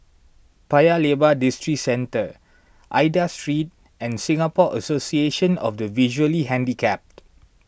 Paya Lebar Districentre Aida Street and Singapore Association of the Visually Handicapped